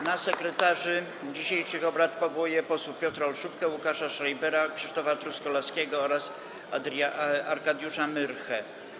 Na sekretarzy dzisiejszych obrad powołuję posłów Piotra Olszówkę, Łukasza Schreibera, Krzysztofa Truskolaskiego oraz Arkadiusza Myrchę.